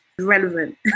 relevant